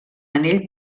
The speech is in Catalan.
anell